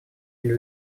для